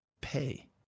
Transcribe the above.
pay